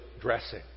dressing